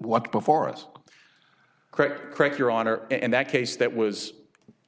what before us correct correct your honor in that case that was